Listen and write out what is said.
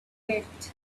wept